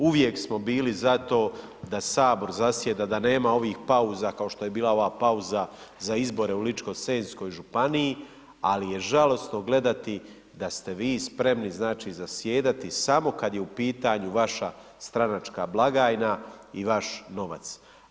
Uvijek smo bili za to da sabor zasjeda na nema ovih pauza kao što je bila ova pauza za izbore u Ličko-senjskoj županiji ali je žalosno gledati da ste vi spremni znači zasjedati samo kad je u pitanju vaša stranačka blagajna i vaš novac.